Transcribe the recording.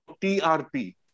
TRP